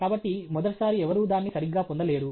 కాబట్టి మొదటిసారి ఎవరూ దాన్ని సరిగ్గా పొందలేరు